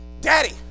Daddy